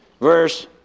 Verse